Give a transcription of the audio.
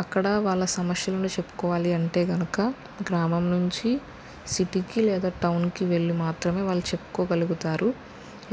అక్కడ వాళ్ళ సమస్యలను చెప్పుకోవాలి అంటే కనుక గ్రామం నుంచి సిటీకి లేదా టౌన్కి వెళ్ళి మాత్రమే వాళ్ళు చెప్పుకోగలుగుతారు